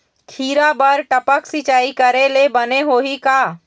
खिरा बर टपक सिचाई करे ले बने होही का?